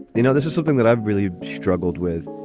you know, this is something that i've really struggled with.